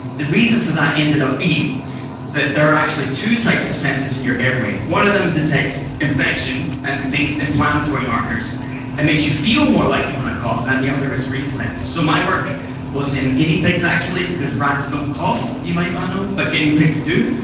the reason for that ended up being that there are actually two types of sensors in your airway. one of them detects infection and inflammatory markers and makes you feel more like you want to cough, and the other is reflex. so my work was in guinea pigs actually because rats don't cough, you might not know, but guinea pigs do.